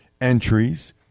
entries